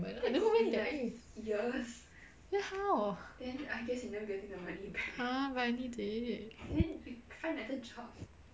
but I don't know when that is then how !huh! but I need it